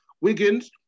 Wiggins